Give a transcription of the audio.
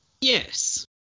Yes